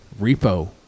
Repo